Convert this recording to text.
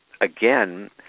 again